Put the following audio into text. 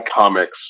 comics